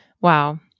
Wow